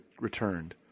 returned